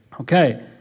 Okay